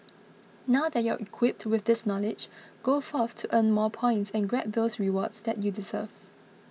now that you're equipped with this knowledge go forth to earn more points and grab those rewards that you deserve